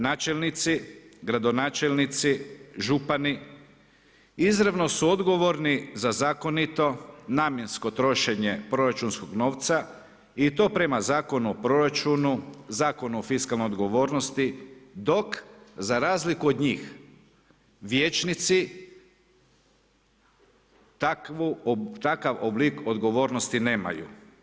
Načelnici, gradonačelnici, župani izravno su odgovorni za zakonito, namjensko trošenje proračunskog novca i to prema Zakonu u proračunu, Zakonu o fiskalnoj odgovornosti dok za razliku od njih vijećnici takav oblik odgovornosti nemaju.